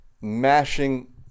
mashing